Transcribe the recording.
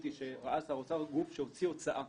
היא שראה שר אוצר גוף שהוציא הוצאה.